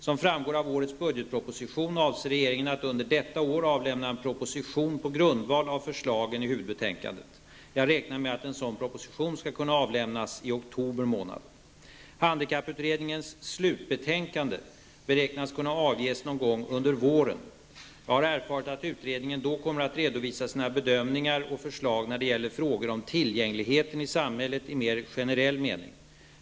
Som framgår av årets budgetproposition avser regeringen att under detta år avlämna en proposition på grundval av förslagen i huvudbetänkandet. Jag räknar med att en sådan proposition skall kunna avlämnas i oktober månad. Handikapputredningens slutbetänkande beräknas kunna avges någon gång under våren. Jag har erfarit att utredningen då kommer att redovisa sina bedömningar och förslag när det gäller frågor om tillgängligheten i samhället i mer generell mening.